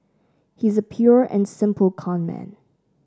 he's a pure and simple conman